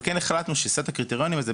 אבל כן החלטנו שסט הקריטריונים הזה,